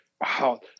Wow